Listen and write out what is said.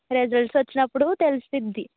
results వచ్చినప్పుడు తెలుస్తుంది